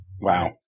Wow